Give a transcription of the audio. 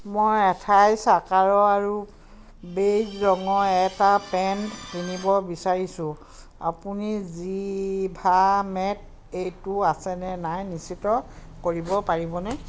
মই আঠাইছ আকাৰৰ আৰু বেইজ ৰঙৰ এটা পেণ্ট কিনিব বিচাৰিছো আপুনি জিভামেত এইটো আছে নে নাই নিশ্চিত কৰিব পাৰিবনে